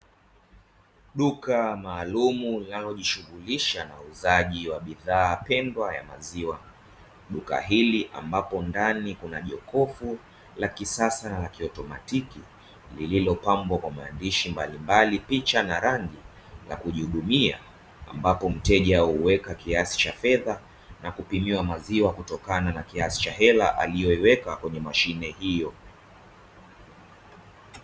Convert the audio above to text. Duka maalumu linalojishuhulisha na uuzaji wa bidhaa pendwa ya maziwa, duka hili ambapo ndani kuna jokofu la kisasa na la kiautomatiki, lililopambwa kwa maandishi mbalimbali picha na rangi na kujihudumia ambapo mteja huweka kiasi cha fedha na kupimiwa mazuri kutokana na kiasi cha hela aliyeiweka kwenye mashine hiyo.